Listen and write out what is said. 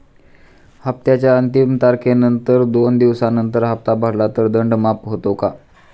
हप्त्याच्या अंतिम तारखेनंतर दोन दिवसानंतर हप्ता भरला तर दंड माफ होतो का?